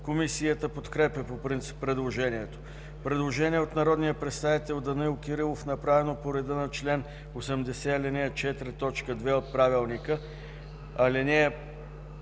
Комисията подкрепя по принцип предложението. Предложение от народния представител Данаил Кирилов, направено по реда на чл. 80, ал. 4, т. 2 от Правилника.